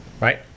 right